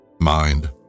Mind